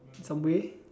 in some way